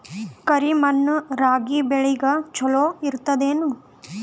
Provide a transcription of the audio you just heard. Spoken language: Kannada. ಕರಿ ಮಣ್ಣು ರಾಗಿ ಬೇಳಿಗ ಚಲೋ ಇರ್ತದ ಏನು?